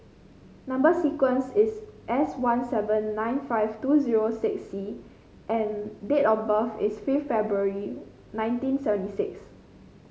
number sequence is S one seven nine five two zero six C and date of birth is fifth February nineteen seventy six